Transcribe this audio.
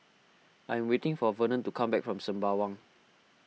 I'm waiting for Vernon to come back from Sembawang